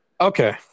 Okay